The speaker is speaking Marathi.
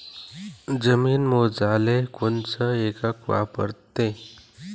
जमीन मोजाले कोनचं एकक वापरते?